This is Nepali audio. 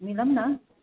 मिलाउँ न